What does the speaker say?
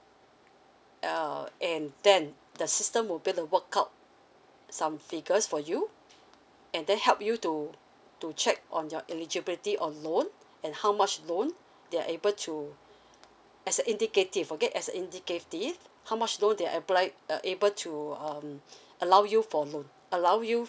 uh and then the system will be able to work out some figures for you and then help you to to check on your eligibility or loan and how much loan they are able to as a indicative okay as a indicative how much loan they are ab~ uh able to um allow you for loan allow you